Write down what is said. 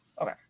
Okay